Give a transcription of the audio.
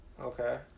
Okay